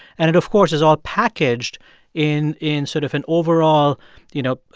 and it, of course, is all packaged in in sort of an overall you know,